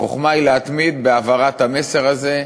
החוכמה היא להתמיד בהעברת המסר הזה,